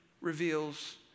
reveals